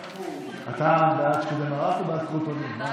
אתה בעד שקדי מרק או בעד קרוטונים?